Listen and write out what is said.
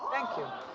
thank you,